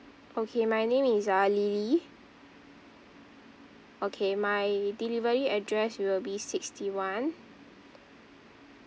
okay my name is uh lily okay my delivery address it will be sixty one